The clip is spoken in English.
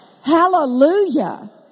Hallelujah